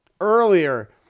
earlier